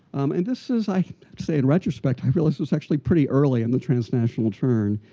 um and this is i say in retrospect, i realized it was actually pretty early in the transnational turn.